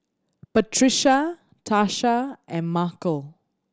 Patricia Tarsha and Markell